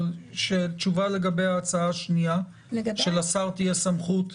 אבל תשובה לגבי ההצעה השנייה שלשר תהיה סמכות.